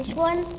one?